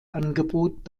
angebot